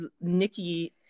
Nikki